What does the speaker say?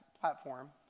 platform